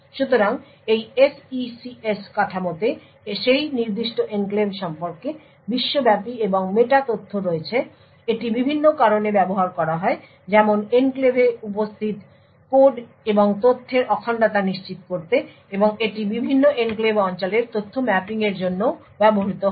সুতরাং এই SECS কাঠামোতে সেই নির্দিষ্ট এনক্লেভ সম্পর্কে বিশ্বব্যাপী এবং মেটা তথ্য রয়েছে এটি বিভিন্ন কারণে ব্যবহার করা হয় যেমন এনক্লেভে উপস্থিত কোড এবং তথ্যের অখণ্ডতা নিশ্চিত করতে এবং এটি বিভিন্ন এনক্লেভ অঞ্চলের তথ্য ম্যাপিংয়ের জন্যও ব্যবহৃত হয়